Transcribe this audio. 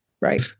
Right